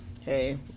Hey